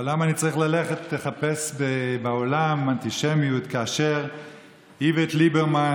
אבל למה אני צריך ללכת לחפש אנטישמיות בעולם כאשר איווט ליברמן